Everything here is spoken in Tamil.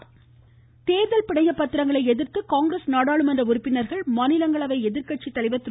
குலாம்நபி ஆசாத் தேர்தல் பிணைய பத்திரங்களை எதிர்த்து காங்கிரஸ் நாடாளுமன்ற உறுப்பினர்கள் மாநிலங்களவை எதிர்கட்சித்தலைவர் திரு